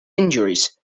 injuries